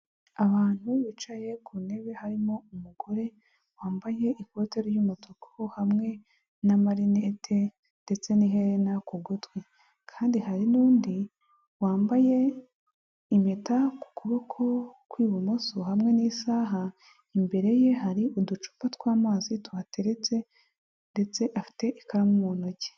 Abantu bicaye ku ntebe harimo umugore wambaye ikote ry'umutuku hamwe n'amarinete ndetse n'iherena ku gutwi, kandi hari n'undi wambaye impeta ku kuboko kw'ibumoso hamwe n'isaha, imbere ye hari uducupa tw'amazi tuhateretse ndetse afite ikaramu mu ntoki.